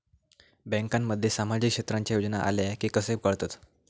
बँकांमध्ये सामाजिक क्षेत्रांच्या योजना आल्या की कसे कळतत?